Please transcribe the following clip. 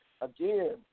Again